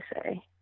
say